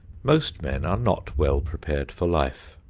most men are not well prepared for life.